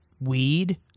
weed